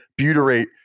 butyrate